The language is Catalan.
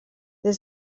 des